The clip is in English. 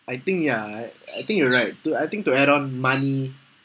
I think ya I I think you're right to I think to add on money